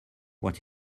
what